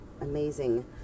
amazing